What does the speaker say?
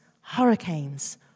hurricanes